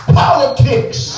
politics